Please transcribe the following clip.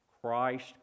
Christ